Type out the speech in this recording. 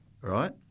Right